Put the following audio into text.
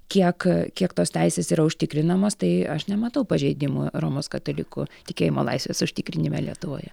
kiek kiek tos teisės yra užtikrinamos tai aš nematau pažeidimų romos katalikų tikėjimo laisvės užtikrinime lietuvoje